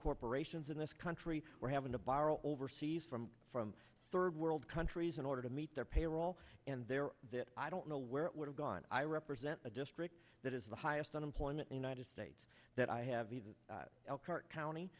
corporations in this country were having to borrow overseas from from third world countries in order to meet their payroll and there that i don't know where it would have gone i represent a district that has the highest unemployment in united states that i have even elkhart county